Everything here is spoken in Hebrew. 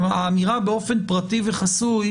האמירה באופן פרטי וחסוי